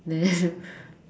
then